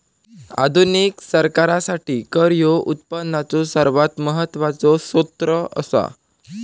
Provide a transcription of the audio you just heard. आधुनिक सरकारासाठी कर ह्यो उत्पनाचो सर्वात महत्वाचो सोत्र असा